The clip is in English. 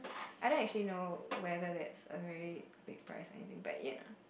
I didn't actually know whether that's a very big prize anything but yet